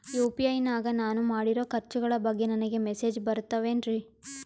UPI ನಾಗ ನಾನು ಮಾಡಿರೋ ಖರ್ಚುಗಳ ಬಗ್ಗೆ ನನಗೆ ಮೆಸೇಜ್ ಬರುತ್ತಾವೇನ್ರಿ?